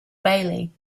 bailey